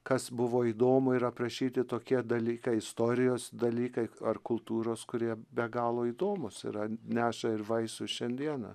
kas buvo įdomu ir aprašyti tokie dalykai istorijos dalykai ar kultūros kurie be galo įdomūs yra neša ir vaisių šiandieną